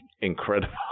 incredible